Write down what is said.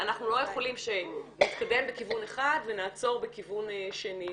אנחנו לא יכולים שנתקדם בכיוון אחד ונעצור בכיוון שני.